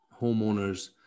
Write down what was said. homeowners